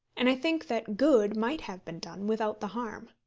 and i think that good might have been done without the harm.